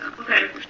Okay